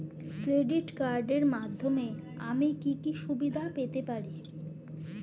Credit কার্ডের মাধ্যমে আমি কি কি সুবিধা পেতে পারি?